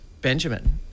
Benjamin